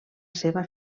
seva